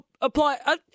apply